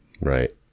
Right